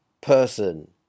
person